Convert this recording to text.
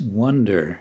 wonder